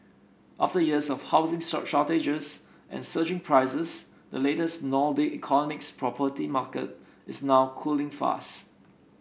after years of housing shortages and surging prices the latest Nordic economic's property market is now cooling fast